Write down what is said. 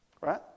right